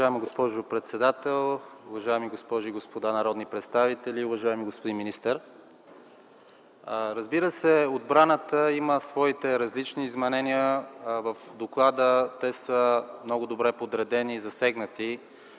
Уважаема госпожо председател, уважаеми госпожи и господа народни представители, уважаеми господин министър! Разбира се, отбраната има своите различни измерения, в доклада те са много добре подредени и засегнати.